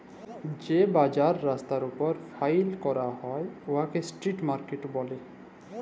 যে বাজার রাস্তার উপর ফ্যাইলে ক্যরা হ্যয় উয়াকে ইস্ট্রিট মার্কেট ব্যলে